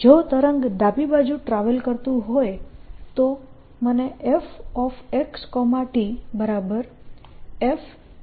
જો તરંગ ડાબી બાજુ ટ્રાવેલ કરતું હોય તો મને fxt fx0txv મળશે